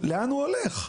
לאן הוא הולך?